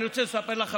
אני רוצה לספר לך,